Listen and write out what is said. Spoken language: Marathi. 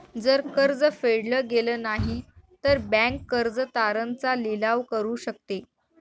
जर कर्ज फेडल गेलं नाही, तर बँक कर्ज तारण चा लिलाव करू शकते